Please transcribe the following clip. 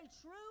true